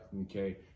Okay